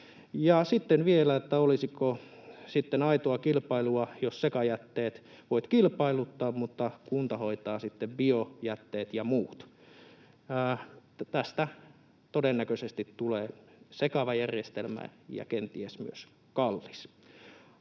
sitten vielä, olisiko sitten aitoa kilpailua, jos sekajätteet voit kilpailuttaa, mutta kunta hoitaa biojätteet ja muut? Tästä todennäköisesti tulee sekava järjestelmä ja kenties myös kallis.